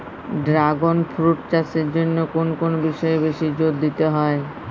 Dragon fruit চাষের জন্য কোন কোন বিষয়ে বেশি জোর দিতে হয়?